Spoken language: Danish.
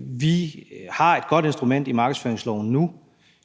Vi har et godt instrument i markedsføringsloven nu.